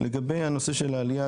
לגבי הנושא של העלייה,